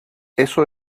eso